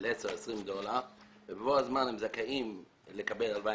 של 20-10 דולר, ובבוא הזמן הם זכאים לקבל הלוואה